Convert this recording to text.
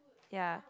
ya